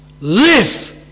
Live